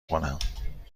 کنم